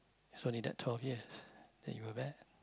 so only that twelve years that you were bare